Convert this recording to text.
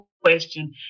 question